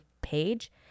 page